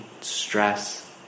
stress